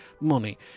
money